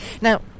Now